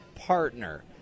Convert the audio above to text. partner